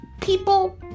people